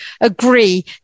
agree